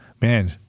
Man